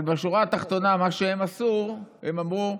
בשורה התחתונה מה שהם עשו, הם אמרו: